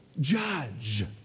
judge